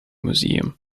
museum